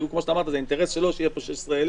הרי כמו שאמרת זה אינטרס שלו שיהיו פה 16,000,